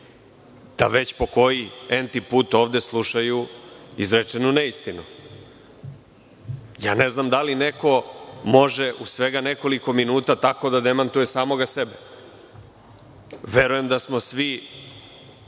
da već po koji entiput ovde slušaju izrečenu neistinu. Ne znam da li neko može u svega nekoliko minuta tako da demantuje samoga sebe. Verujem da smo svi